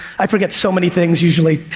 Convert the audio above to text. i forgot so many things usually.